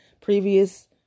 previous